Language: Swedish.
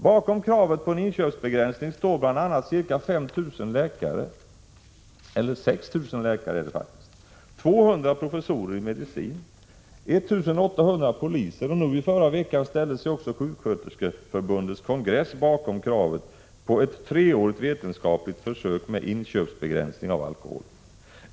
Bakom kravet på en inköpsbegränsning står bl.a. ca 6 000 läkare, 200 professorer i medicin och 1 800 poliser, och i förra veckan ställde sig också sjuksköterskeförbundets kongress bakom kravet på ett treårigt vetenskapligt försök med inköpsbegränsning av alkohol.